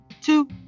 two